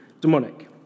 demonic